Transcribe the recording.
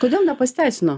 kodėl nepasiteisino